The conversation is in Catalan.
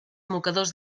mocadors